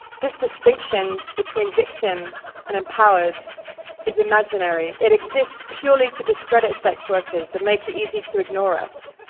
this distinction between victim and empowered is imaginary. it exists purely to discredit sex workers and make it easy to ignore us.